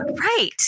right